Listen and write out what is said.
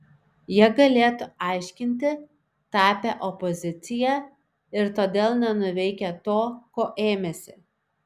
jie galėtų aiškinti tapę opozicija ir todėl nenuveikę to ko ėmėsi